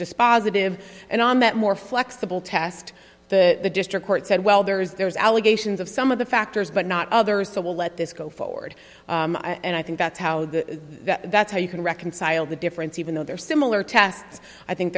dispositive and on that more flexible test that the district court said well there's there's allegations of some of the factors but not others so we'll let this go forward and i think that's how the that's how you can reconcile the difference even though they're similar tests i think